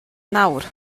nawr